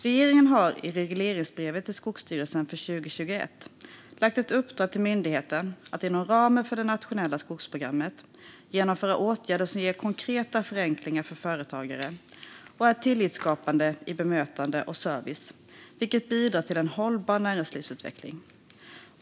Regeringen har i regleringsbrevet till Skogsstyrelsen för 2021 gett myndigheten i uppdrag att inom ramen för det nationella skogsprogrammet genomföra åtgärder som ger konkreta förenklingar för företagare och är tillitsskapande i bemötande och service för att bidra till en hållbar näringslivsutveckling.